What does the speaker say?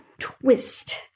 twist